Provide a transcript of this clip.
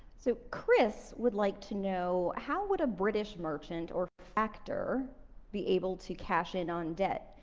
so chris would like to know, how would a british merchant or factor be able to cash in on debt?